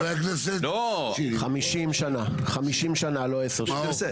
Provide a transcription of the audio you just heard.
50 שנה, לא 10 שנים.